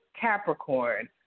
Capricorn